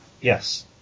Yes